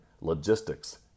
logistics